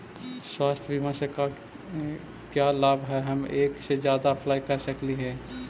स्वास्थ्य बीमा से का क्या लाभ है हम एक से जादा अप्लाई कर सकली ही?